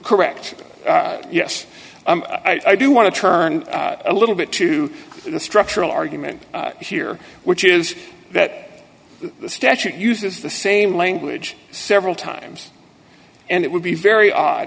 correct yes i do want to turn a little bit to the structural argument here which is that the statute uses the same language several times and it would be very odd